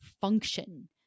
function